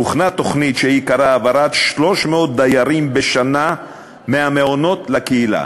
הוכנה תוכנית שעיקרה העברת 300 דיירים בשנה מהמעונות לקהילה.